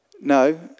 no